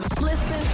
Listen